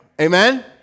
Amen